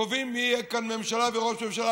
קובעים מי יהיה כאן בממשלה וראש ממשלה,